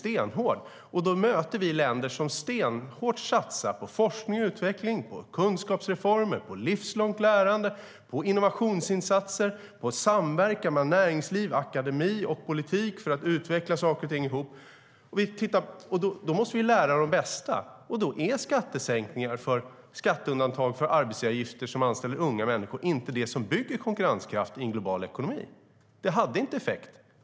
Vi möter länder som satsar stenhårt på forskning och utveckling, kunskapsreformer, livslångt lärande, innovationsinsatser och samverkan mellan näringsliv, akademi och politik, som ska kunna utveckla saker och ting ihop. I det läget måste vi lära av de bästa. Skattesänkningar och "skatteundantag" för arbetsgivare som anställer unga människor är inte det som bygger konkurrenskraft i en global ekonomi. Det hade inte effekt.